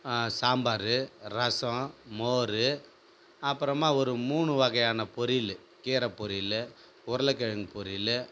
சாம்பார் ரசம் மோர் அப்புறமா ஒரு மூணு வகையான பொரியல் கீரை பொரியல் உருளக்கிழங்கு பொரியல்